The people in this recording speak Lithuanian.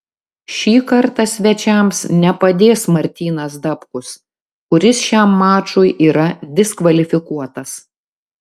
šį kartą svečiams nepadės martynas dapkus kuris šiam mačui yra diskvalifikuotas